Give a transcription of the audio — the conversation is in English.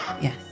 Yes